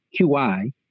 QI